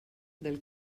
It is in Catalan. del